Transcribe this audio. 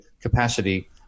capacity